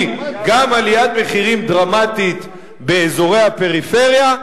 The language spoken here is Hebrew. גם עליית מחירים דרמטית באזורי הפריפריה,